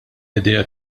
idea